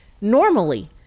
normally